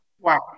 Wow